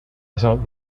assault